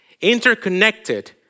interconnected